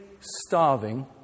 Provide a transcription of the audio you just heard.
starving